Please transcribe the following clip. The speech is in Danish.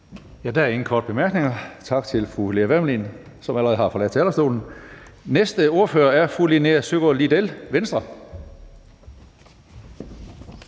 Der er ingen korte bemærkninger. Tak til fru Lea Wermelin, som allerede har forladt talerstolen. Næste ordfører er fru Linea Søgaard-Lidell, Venstre.